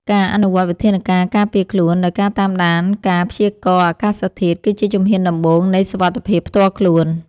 ការអនុវត្តវិធានការការពារខ្លួនដោយការតាមដានការព្យាករណ៍អាកាសធាតុគឺជាជំហានដំបូងនៃសុវត្ថិភាពផ្ទាល់ខ្លួន។